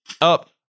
up